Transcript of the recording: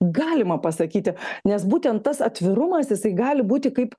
galima pasakyti nes būtent tas atvirumas jisai gali būti kaip